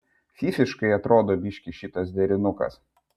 fyfiškai atrodo biškį šitas derinukas